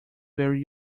very